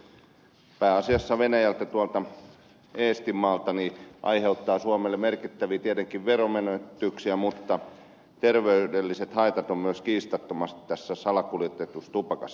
salakuljetus pääasiassa venäjältä eestinmaalta aiheuttaa tietenkin suomelle merkittäviä veronmenetyksiä mutta terveydelliset haitat ovat myös kiistattomat salakuljetetussa tupakassa